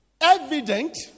evident